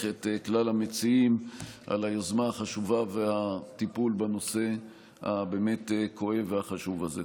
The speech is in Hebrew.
את כלל המציעים על היוזמה החשובה והטיפול בנושא הכואב והחשוב הזה.